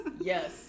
Yes